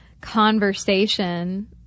conversation